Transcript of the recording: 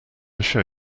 show